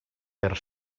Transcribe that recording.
per